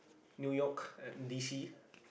New-York and D_C